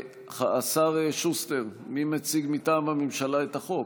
השר שוסטר, מי מציג מטעם הממשלה את החוק?